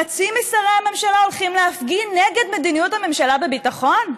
חצי משרי הממשלה הולכים להפגין נגד מדיניות הממשלה בביטחון?